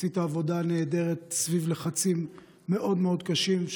עשית עבודה נהדרת סביב לחצים מאוד מאוד קשים,